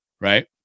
right